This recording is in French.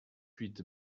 huit